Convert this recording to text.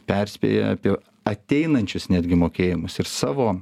perspėja apie ateinančius netgi mokėjimus ir savo